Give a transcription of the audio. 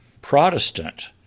Protestant